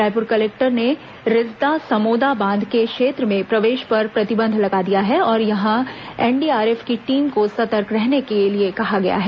Raipur collector ने रिसदा समोदा बांध के क्षेत्र में प्रवेश पर प्रतिबंध लगा दिया है और यहां पर एनडीआरएफ की टीम को सतर्क रहने के लिए कहा गया है